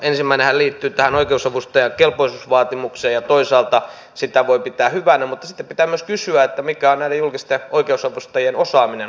ensimmäinenhän liittyy tähän oikeusavustajan kelpoisuusvaatimukseen ja toisaalta sitä voi pitää hyvänä mutta sitten pitää myös kysyä mikä on näiden julkisten oikeusavustajien osaaminen näissä kysymyksissä